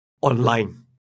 online